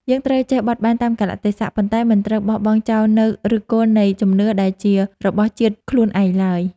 យើងត្រូវចេះបត់បែនតាមកាលៈទេសៈប៉ុន្តែមិនត្រូវបោះបង់ចោលនូវឫសគល់នៃជំនឿដែលជារបស់ជាតិខ្លួនឯងឡើយ។